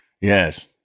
Yes